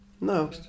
no